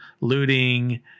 looting